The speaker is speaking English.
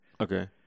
Okay